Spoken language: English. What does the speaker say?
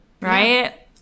Right